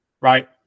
right